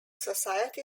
society